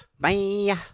Bye